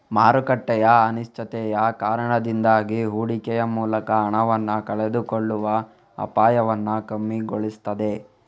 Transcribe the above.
ಮಾರುಕಟ್ಟೆಯ ಅನಿಶ್ಚಿತತೆಯ ಕಾರಣದಿಂದಾಗಿ ಹೂಡಿಕೆಯ ಮೂಲಕ ಹಣವನ್ನ ಕಳೆದುಕೊಳ್ಳುವ ಅಪಾಯವನ್ನ ಕಮ್ಮಿಗೊಳಿಸ್ತದೆ